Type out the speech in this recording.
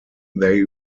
they